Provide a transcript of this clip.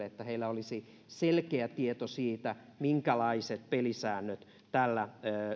että heillä olisi selkeä tieto siitä minkälaiset pelisäännöt tällä